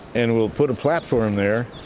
and we'll put a platform there